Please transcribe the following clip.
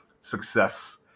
success